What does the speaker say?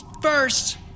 first